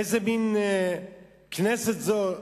איזה מין כנסת זו?